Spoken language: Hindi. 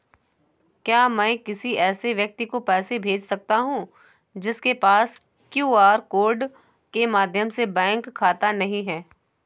क्या मैं किसी ऐसे व्यक्ति को पैसे भेज सकता हूँ जिसके पास क्यू.आर कोड के माध्यम से बैंक खाता नहीं है?